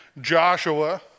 Joshua